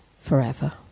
forever